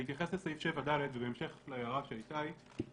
בהתייחס לסעיף 7ד ובהמשך להערה של איתי,